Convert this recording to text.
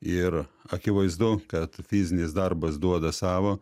ir akivaizdu kad fizinis darbas duoda savo